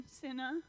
sinner